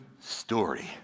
story